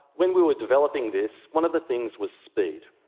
when we were developing this, one of the things was speed,